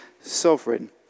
sovereign